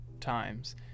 times